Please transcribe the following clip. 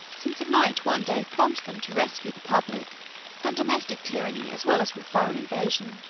since it might one day prompt them to rescue the public from domestic tyranny as well as from foreign invasion.